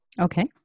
Okay